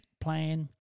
plan